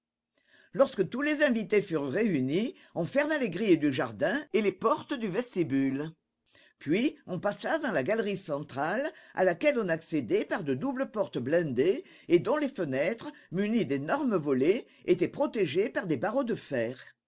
lorsque tous les invités furent réunis on ferma les grilles du jardin et les portes du vestibule puis on passa dans la galerie centrale à laquelle on accédait par de doubles portes blindées et dont les fenêtres munies d'énormes volets étaient protégées par des barreaux de fer